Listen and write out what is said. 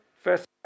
First